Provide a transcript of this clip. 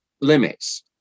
limits